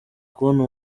kubona